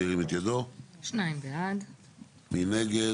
מי נגד?